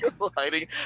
Hiding